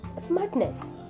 smartness